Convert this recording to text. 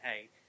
hey